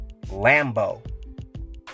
lambo